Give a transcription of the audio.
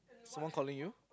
someone calling you